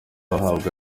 bahabwa